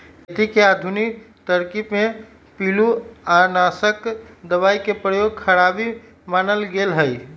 खेती के आधुनिक तरकिब में पिलुआनाशक दबाई के प्रयोग खराबी मानल गेलइ ह